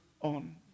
on